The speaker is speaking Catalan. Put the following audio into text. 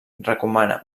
recomana